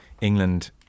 England